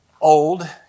old